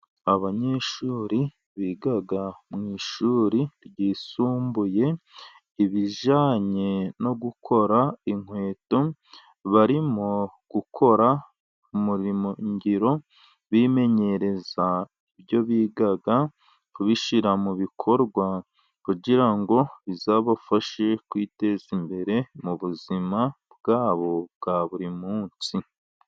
Abanyeshuri biga mu ishuri ryisumbuye ibijyanye no gukora inkweto. Barimo gukora mu ngiro bimenyereza ibyo biga, bari kubishyira mu bikorwa kugira ngo bizabafashe kwiteza imbere mu buzima bwabo bwa buri munsi.